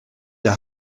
der